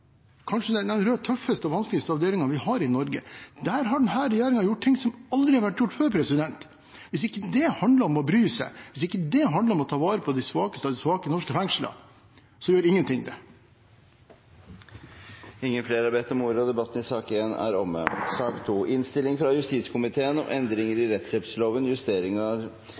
kanskje den tøffeste og vanskeligste avdelingen vi har i Norge. Der har denne regjeringen gjort ting som aldri har vært gjort før. Hvis ikke det handler om å bry seg, hvis ikke det handler om å ta vare på de svakeste av de svake i norske fengsler, gjør ingenting det. Flere har ikke bedt om ordet til sak nr. 1. En samstemt komité går inn for forslag til endringer i